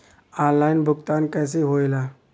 Online भुगतान कैसे होए ला?